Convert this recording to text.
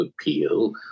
Appeal